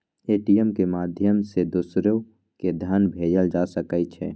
ATM के माध्यम सं दोसरो कें धन भेजल जा सकै छै